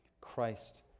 Christ